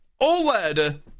OLED